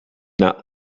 not